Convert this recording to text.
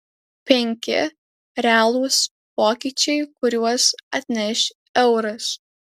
penki realūs pokyčiai kuriuos atneš euras